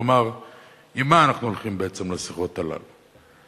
כלומר עם מה אנחנו הולכים בעצם לשיחות האלה בכלל,